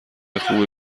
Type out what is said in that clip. خوبی